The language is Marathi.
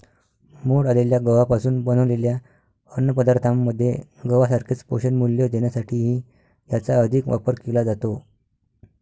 मोड आलेल्या गव्हापासून बनवलेल्या अन्नपदार्थांमध्ये गव्हासारखेच पोषणमूल्य देण्यासाठीही याचा अधिक वापर केला जातो